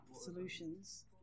solutions